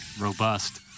robust